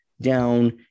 down